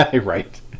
Right